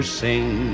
sing